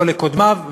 לא לקודמיו,